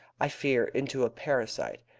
i fear into a parasite.